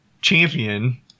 champion